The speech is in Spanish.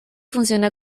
funciona